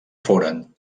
foren